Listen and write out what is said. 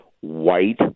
white